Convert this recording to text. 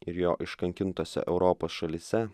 ir jo iškankintose europos šalyse